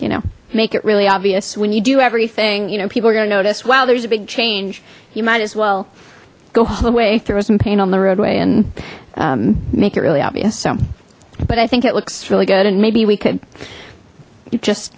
you know make it really obvious when you do everything you know people are gonna notice wow there's a big change you might as well go all the way throw some paint on the roadway and make it really obvious so but i think it looks really good and maybe we could just